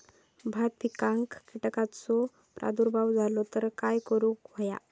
भात पिकांक कीटकांचो प्रादुर्भाव झालो तर काय करूक होया?